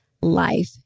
life